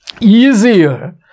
easier